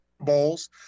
Bowls